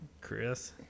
Chris